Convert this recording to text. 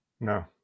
No